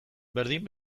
berdin